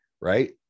right